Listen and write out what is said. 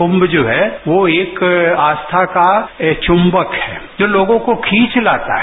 कुंभ जो है वो एक आस्था का चुंबक है जो लोगों को खींच लाता है